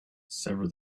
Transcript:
sever